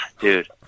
dude